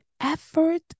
effort